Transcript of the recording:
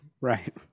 Right